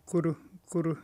kur kur